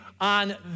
on